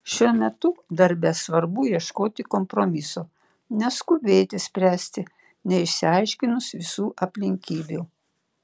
šiuo metu darbe svarbu ieškoti kompromiso neskubėti spręsti neišsiaiškinus visų aplinkybių